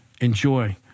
Enjoy